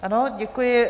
Ano, děkuji.